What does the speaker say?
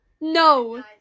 no